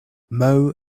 mow